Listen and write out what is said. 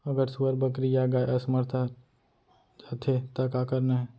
अगर सुअर, बकरी या गाय असमर्थ जाथे ता का करना हे?